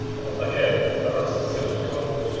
and again, the the artist is citizen cope.